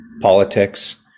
politics